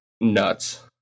nuts